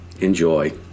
Enjoy